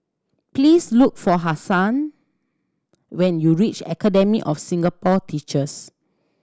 please look for Hazen when you reach Academy of Singapore Teachers